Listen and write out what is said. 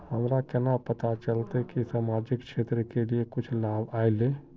हमरा केना पता चलते की सामाजिक क्षेत्र के लिए कुछ लाभ आयले?